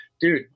Dude